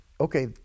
okay